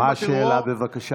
מה השאלה, בבקשה?